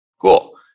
Cool